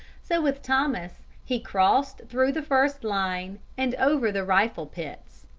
so with thomas he crossed through the first line and over the rifle-pits,